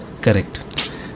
Correct